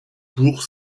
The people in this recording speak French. pour